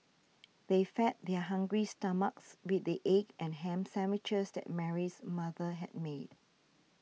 they fed their hungry stomachs with the egg and ham sandwiches that Mary's mother had made